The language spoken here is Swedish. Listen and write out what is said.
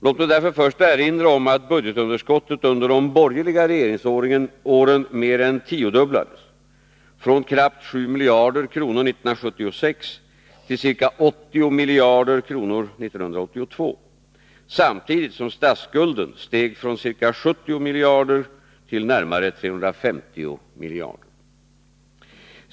Låt mig därför först erinra om att budgetunderskottet under de borgerliga regeringsåren mer än tiodubblades, från knappt 7 miljarder kronor 1976 till ca 80 miljarder kronor 1982, samtidigt som statsskulden steg från ca 70 miljarder kronor till närmare 350 miljarder kronor.